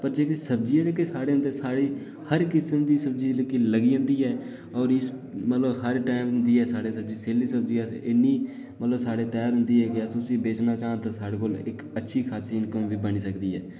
पर जेह्की सब्जी ऐ साढ़ै बाड़ी च हर किस्म दी सब्जी लग्गी जंदी ऐ मतलब हर टैम साढे इत्थै सब्जी लगदी ऐ सैल्ली सब्जी इत्थै इन्नी ऐ साढ़ै अस उसी बेचना चाह्चै ते अच्छी खासी इनकम वनी सकदी ऐ